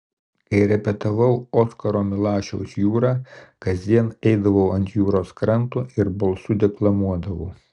kai repetavau oskaro milašiaus jūrą kasdien eidavau ant jūros kranto ir balsu deklamuodavau